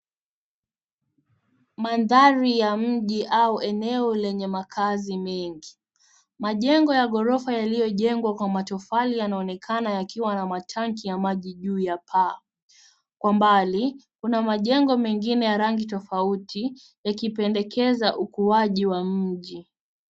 Mandhari ya mji au eneo lenye makazi mengi. Majengo ya ghorofa yaliyo jengwa kwa matofali yanaonekana yakiwa na ma tangi ya maji juu ya paa. Kwa mbali, kuna majengo mengine ya rangi tofauti likipendekeza ukuaji wa mji